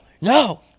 No